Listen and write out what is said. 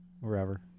wherever